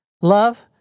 Love